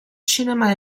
cinema